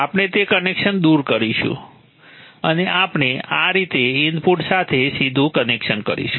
આપણે તે કનેક્શન દૂર કરીશું અને આપણે આ રીતે ઇનપુટ સાથે સીધું કનેક્શન કરીશું